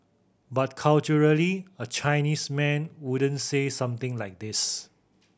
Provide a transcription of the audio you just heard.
but culturally a Chinese man wouldn't say something like this